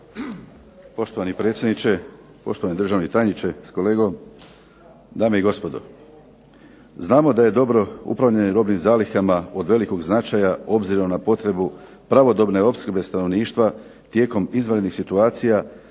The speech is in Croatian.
Poštovani predsjedniče, poštovani državni tajniče s kolegom, dame i gospodo. Znamo da je dobro upravljanje robnim zalihama od velikog značaja obzirom na potrebu pravodobne opskrbe stanovništva tijekom izvanrednih situacija,